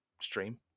stream